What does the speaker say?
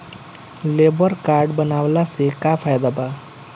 Labour card बनवाला से का फायदा बा?